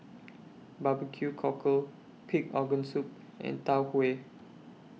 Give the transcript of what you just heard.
Bbq Cockle Pig Organ Soup and Tau Huay